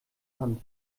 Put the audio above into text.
hand